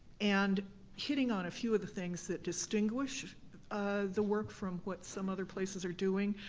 and hitting on a few of the things that distinguish the work from what some other places are doing.